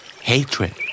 Hatred